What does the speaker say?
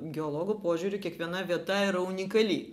geologo požiūriu kiekviena vieta yra unikali